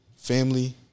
Family